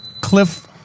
Cliff